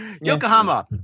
Yokohama